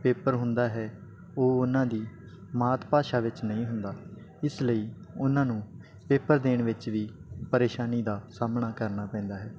paper ਹੁੰਦਾ ਹੈ ਉਹ ਉਹਨਾਂ ਦੀ ਮਾਤ ਭਾਸ਼ਾ ਵਿੱਚ ਨਹੀਂ ਹੁੰਦਾ ਇਸ ਲਈ ਉਹਨਾਂ ਨੂੰ ਪੇਪਰ ਦੇਣ ਵਿੱਚ ਵੀ ਪਰੇਸ਼ਾਨੀ ਦਾ ਸਾਹਮਣਾ ਕਰਨਾ ਪੈਂਦਾ ਹੈ